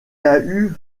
eut